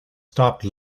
stopped